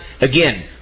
again